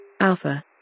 Alpha